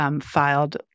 filed